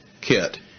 kit